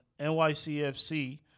NYCFC